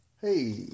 Hey